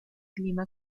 clima